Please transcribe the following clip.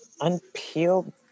unpeeled